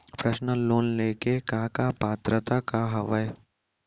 Personal loan ले के का का पात्रता का हवय?